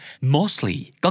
mostly